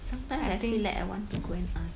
sometimes I feel like I want to go and ask